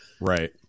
Right